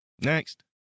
Next